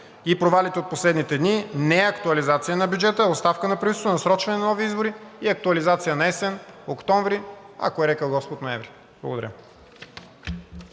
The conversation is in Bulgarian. и провалите от последните дни – не актуализация на бюджета, а оставка на правителството, насрочване на нови избори и актуализация наесен – октомври, ако е рекъл Господ, ноември. Благодаря.